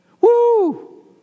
Woo